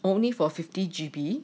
only four fifty G_B